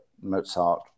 Mozart